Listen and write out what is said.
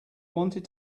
wanted